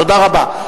תודה רבה.